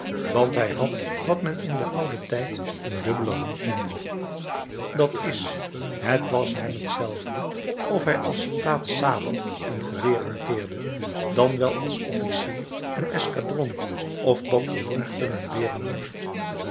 want hij had wat men in den ouden tijd een dubbele hand noemde d i het was hem hetzelfde of hij als soldaat sabel en geweer hanteerde dan wel als officier een escadron of bataljon kommandeeren moest